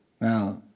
Now